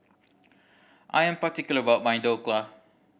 I am particular about my Dhokla